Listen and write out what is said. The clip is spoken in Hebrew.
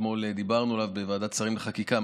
אתמול דיברנו עליו בוועדת השרים לענייני חקיקה.